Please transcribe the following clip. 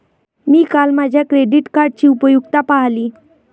मी काल माझ्या क्रेडिट कार्डची उपयुक्तता पाहिली